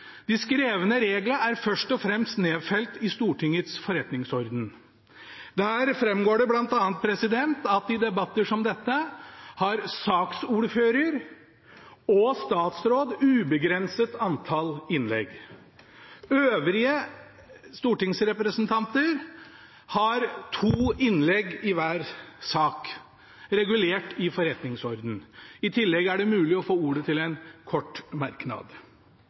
De skrevne reglene er først og fremst nedfelt i Stortingets forretningsorden. Der framgår det bl.a. at i debatter som dette har saksordfører og statsråd et ubegrenset antall innlegg. Øvrige stortingsrepresentanter har to innlegg i hver sak, regulert i forretningsordenen. I tillegg er det mulig å få ordet til en kort merknad.